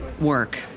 work